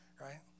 right